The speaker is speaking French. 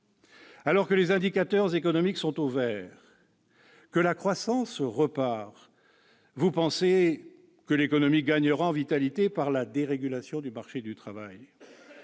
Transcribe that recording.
Alors que les indicateurs économiques sont au vert, que la croissance repart, vous pensez que l'économie gagnera en vitalité par la dérégulation du marché du travail.